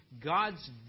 God's